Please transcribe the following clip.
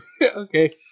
Okay